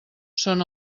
són